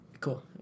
Cool